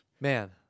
Man